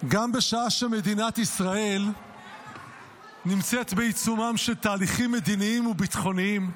גם בשעה שמדינת ישראל נמצאת בעיצומם של תהליכים מדיניים וביטחוניים,